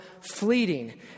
fleeting